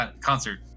concert